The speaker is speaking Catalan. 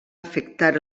afectar